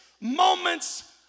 moments